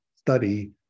study